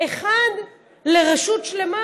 לרשות שלמה?